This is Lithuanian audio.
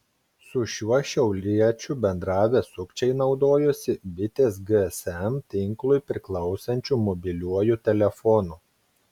su šiuo šiauliečiu bendravę sukčiai naudojosi bitės gsm tinklui priklausančiu mobiliuoju telefonu